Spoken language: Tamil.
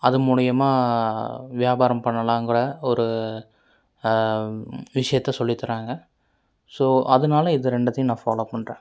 அது மூலயமா வியாபாரம் பண்ணலாம்கூட ஒரு விஷயத்த சொல்லித் தராங்க ஸோ அதனால இது ரெண்டுத்தையும் நான் ஃபாலோ பண்ணுறேன்